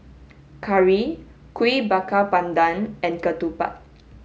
Curry Kuih Bakar Pandan and ketupat